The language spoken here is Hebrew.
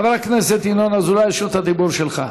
חבר הכנסת ינון אזולאי, רשות הדיבור שלך.